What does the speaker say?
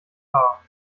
rar